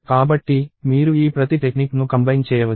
కాబట్టి మీరు ఈ ప్రతి టెక్నిక్ ను కంబైన్ చేయవచ్చు